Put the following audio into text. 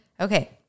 Okay